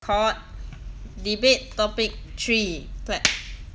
cut debate topic three clap